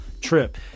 trip